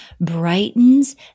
brightens